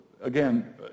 Again